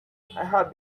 have